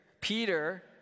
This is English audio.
Peter